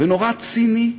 ונורא ציני,